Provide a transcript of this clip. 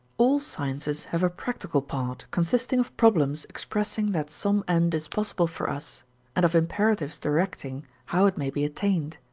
all sciences have a practical part, consisting of problems expressing that some end is possible for us and of imperatives directing how it may be attained.